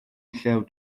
llew